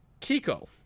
Kiko